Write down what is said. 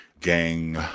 gang